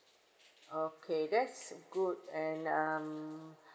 okay that's good and um